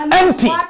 empty